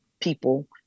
people